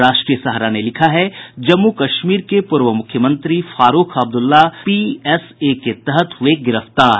राष्ट्रीय सहारा ने लिखा है जम्मू कश्मीर के पूर्व मुख्यमंत्री फारूख अब्दुल्ला पीएसए के तहत हुए गिरफ्तार